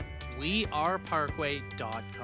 weareparkway.com